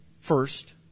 first